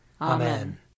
Amen